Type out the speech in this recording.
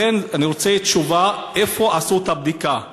לכן אני רוצה תשובה על השאלה איפה עשו את הבדיקה,